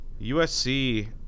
USC